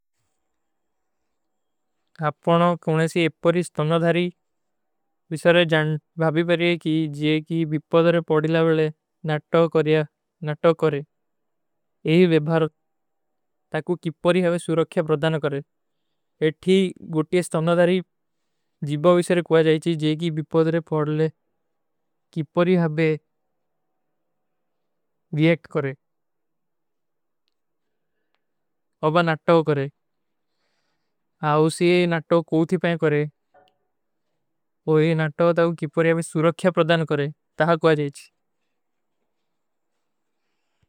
ଆପକା କୁଣେ ସେ ଏପପରୀ ସ୍ଥମ୍ନଧାରୀ ଵିଶରେ ଜନ୍ଦ ଭାଵିପରେ କୀ ଜେ କୀ ଵିପଵଧରେ ପଡିଲାଵଲେ ନାଟଵ କରଯା, ନାଟଵ କରେ। ଯହୀ ଵିଭର ତକୁ କିପରୀ ହଵେ ସୁରଖ୍ଯା ପ୍ରଦାନ କରେ। ଯହୀ ଵିଶରେ ଜନ୍ଦ ଭାଵିପରେ କୀ ଜେ କୀ ଵିପଵଧରେ ପଡିଲାଵଲେ ନାଟଵ କରଯା, ନାଟଵ କରେ।